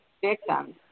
victims